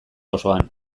osoan